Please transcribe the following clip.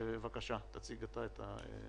בבקשה, תציג את הנושא.